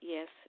Yes